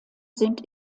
sind